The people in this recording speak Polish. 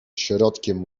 środkiem